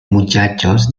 muchachos